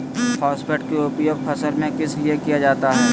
Phosphate की उपयोग फसल में किस लिए किया जाता है?